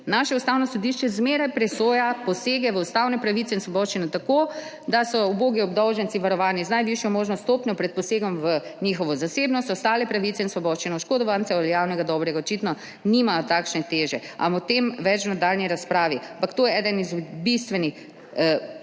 Naše ustavno sodišče zmeraj presoja posege v ustavne pravice in svoboščine, tako da so ubogi obdolženci varovani z najvišjo možno stopnjo pred posegom v njihovo zasebnost, ostale pravice in svoboščine oškodovancev javnega dobrega očitno nimajo takšne teže. A o tem več v nadaljnji razpravi. Ampak to je eden izmed bistvenih